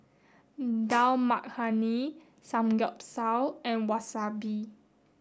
Dal Makhani Samgeyopsal and Wasabi